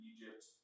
Egypt